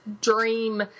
dream